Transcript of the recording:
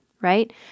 right